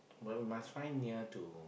but we must find near to